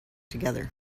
together